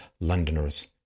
Londoners